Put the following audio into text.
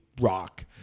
rock